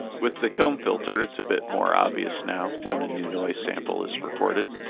with the comb filter it's a bit more obvious now when a new noise sample is recorded.